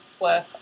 work